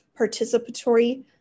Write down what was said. participatory